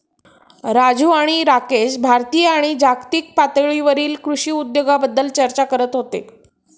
राजू आणि राकेश भारतीय आणि जागतिक पातळीवरील कृषी उद्योगाबद्दल चर्चा करत होते